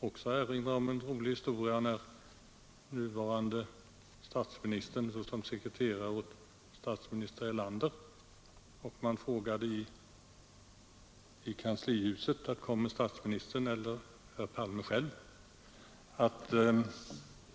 Också jag kan erinra om en rolig historia. På den tid när nuvarande statsministern var sekreterare åt statsminister Erlander ställde man i kanslihuset frågan: Kommer statsministern eller herr Palme själv?